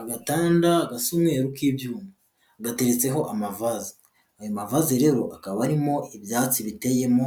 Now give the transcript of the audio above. Agatanda gasa umweru k'ibyuma gateretseho amavaze, ayo mavaze rero akaba arimo ibyatsi biteyemo